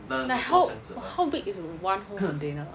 like how how big is one whole container